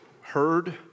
heard